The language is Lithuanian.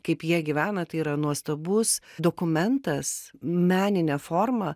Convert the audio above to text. kaip jie gyvena tai yra nuostabus dokumentas menine forma